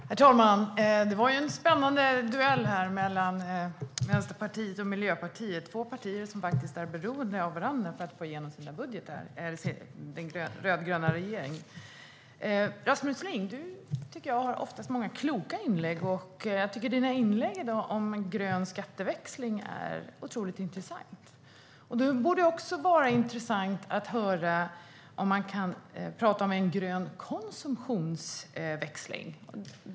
Herr talman! Det var en spännande duell mellan Vänsterpartiet och Miljöpartiet, två partier som faktiskt är beroende av varandra när det gäller att få igenom den rödgröna regeringens budget. Rasmus Ling! Jag tycker att du oftast har många kloka inlägg. Jag tycker att dina inlägg i dag om grön skatteväxling är otroligt intressanta. Då borde det också vara intressant att höra om man kan prata om en grön konsumtionsväxling.